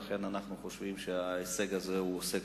ולכן אנחנו חושבים שההישג הזה הוא הישג